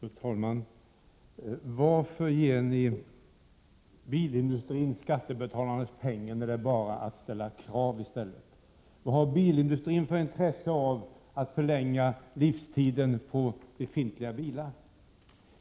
Fru talman! Varför ger ni bilindustrin skattebetalarnas pengar, när det bara är att ställa krav i stället? Vad har bilindustrin för intresse av att förlänga livstiden för befintliga bilar?